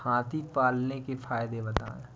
हाथी पालने के फायदे बताए?